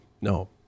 no